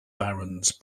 barons